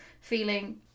feeling